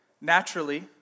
naturally